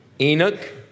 Enoch